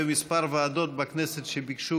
היו כמה ועדות בכנסת שביקשו,